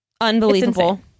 Unbelievable